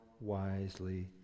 wisely